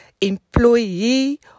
employee